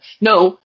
No